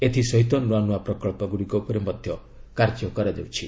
ଏଥିସହିତ ନୂଆ ନୂଆ ପ୍ରକଳ୍ପଗୁଡ଼ିକ ଉପରେ ମଧ୍ୟ କାର୍ଯ୍ୟ କରାଯାଉଛି